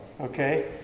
Okay